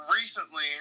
recently